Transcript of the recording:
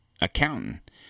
accountant